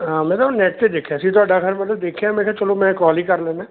ਹਾਂ ਮੈਂ ਤਾਂ ਉਹ ਨੈੱਟ 'ਤੇ ਦੇਖਿਆ ਸੀ ਤੁਹਾਡਾ ਫਿਰ ਮਤਲਬ ਦੇਖਿਆ ਮੈਂ ਕਿਹਾ ਚਲੋ ਮੈਂ ਕਾਲ ਹੀ ਕਰ ਲੈਂਦਾ